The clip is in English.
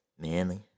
Manly